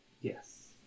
Yes